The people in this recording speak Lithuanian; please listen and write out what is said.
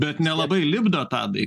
bet nelabai lipdo tadai